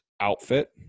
outfit